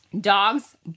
Dogs